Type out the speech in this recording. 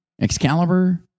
Excalibur